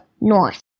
North